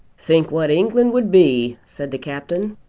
think what england would be! said the captain.